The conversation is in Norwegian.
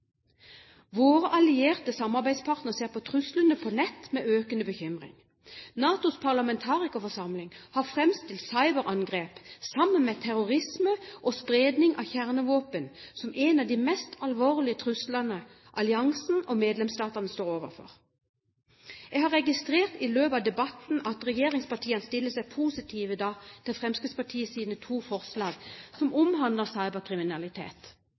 Våre allierte samarbeidspartnere ser på truslene på nett med økende bekymring. NATOs parlamentarikerforsamling har framstilt cyberangrep sammen med terrorisme og spredning av kjernevåpen som en av de mest alvorlige truslene alliansen og medlemsstatene står overfor. Jeg har registrert i løpet av debatten at regjeringspartiene stiller seg positive til Fremskrittspartiets to forslag som omhandler cyberkriminalitet.